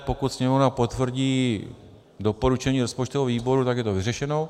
Pokud Sněmovna potvrdí doporučení rozpočtového výboru, tak je to vyřešeno.